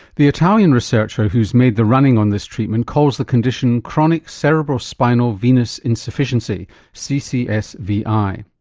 the italian researcher who has made the running on this treatment calls the condition chronic cerebrospinal venous insufficiency ccsvi.